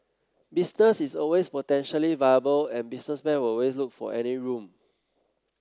business is always potentially viable and businessmen will always look for any room